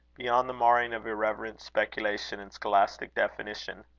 beyond the marring of irreverent speculation and scholastic definition.